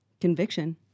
Conviction